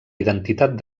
identitat